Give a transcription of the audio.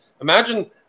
Imagine